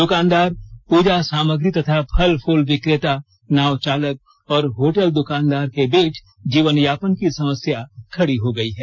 द्कानदार पूजा सामग्री तथा फल फूल विक्रेता नाव चालक और होटल दुकानदार के बीच जीवन यापन की समस्या खड़ी हो गई है